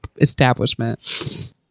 establishment